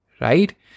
Right